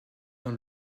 dans